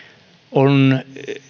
on